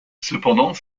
cependant